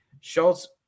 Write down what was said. Schultz